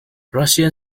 russian